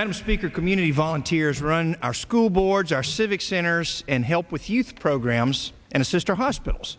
better speaker community volunteers run our school boards our civic centers and help with youth programs and assist our hospitals